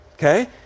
Okay